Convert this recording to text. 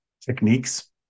techniques